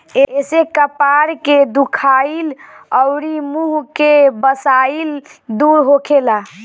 एसे कपार के दुखाइल अउरी मुंह के बसाइल दूर होखेला